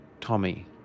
Tommy